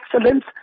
excellence